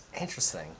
Interesting